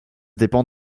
dépend